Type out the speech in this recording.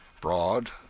broad